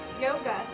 Yoga